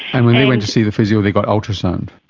and when they went to see the physio they got ultrasound.